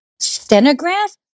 stenograph